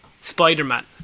Spider-Man